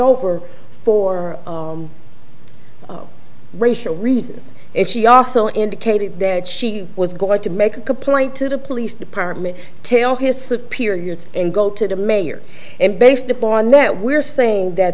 over for racial reasons and she also indicated that she was going to make a complaint to the police department tail his superiors and go to the mayor and based upon that we're saying that